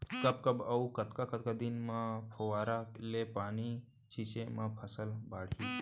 कब कब अऊ कतका कतका दिन म फव्वारा ले पानी छिंचे म फसल बाड़ही?